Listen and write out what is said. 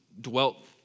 dwelt